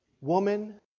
woman